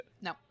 No